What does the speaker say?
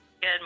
Good